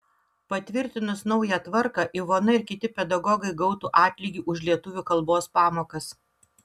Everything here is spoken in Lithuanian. patvirtinus naują tvarką ivona ir kiti pedagogai gautų atlygį už lietuvių kalbos pamokas